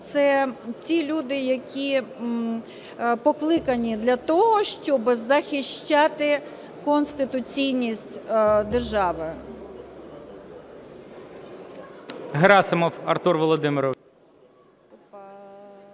Це ті люди, які покликані для того, щоб захищати конституційність держави.